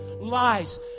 lies